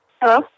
Hello